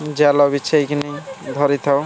ଜାଲ ବିଛାଇକିନି ଧରିଥାଉ